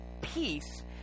peace